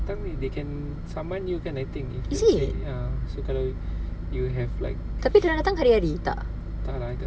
they can summon you kan I think ya so kalau you have like tak lah